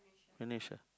finish ah